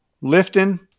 lifting